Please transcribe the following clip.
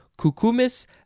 cucumis